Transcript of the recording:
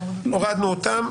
והורדנו אותם.